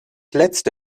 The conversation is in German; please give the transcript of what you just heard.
letzte